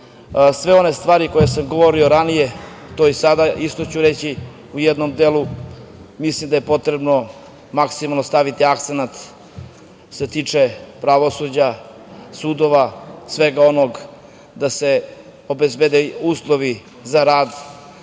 sve one stvari koje sam govorio ranije to ću i sada isto reći u jednom delu. Mislim da je potrebno maksimalno staviti akcenat što se tiče pravosuđa, sudova, svega onoga da se obezbede uslovi za rad, da